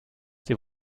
sie